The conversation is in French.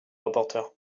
rapporteur